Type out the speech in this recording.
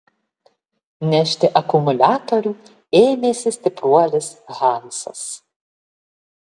nešti akumuliatorių ėmėsi stipruolis hansas